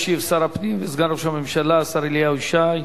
ישיב שר הפנים וסגן ראש הממשלה השר אליהו ישי.